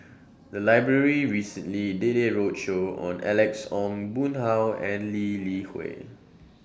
The Library recently did A roadshow on Alex Ong Boon Hau and Lee Li Hui